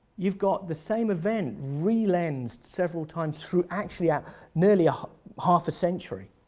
you've got the same event relensed several times through actually ah nearly ah half a century.